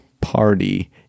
party